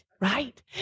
right